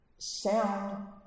sound